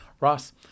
Ross